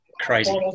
Crazy